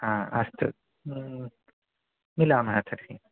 हा अस्तु मिलामः तर्हि